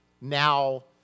now